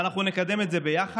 ואנחנו נקדם את זה ביחד.